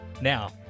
Now